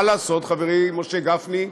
מה לעשות, חברי משה גפני,